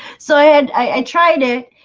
so i had i and tried it.